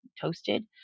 toasted